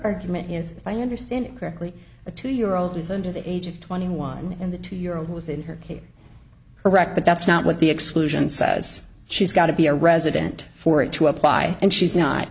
argument is if i understand it correctly a two year old is under the age of twenty one and the two year old was in here you are correct but that's not what the exclusion says she's got to be a resident for it to apply and she's not